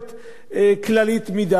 והכללית מדי בסוף פוגעת באנשים.